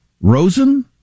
Rosen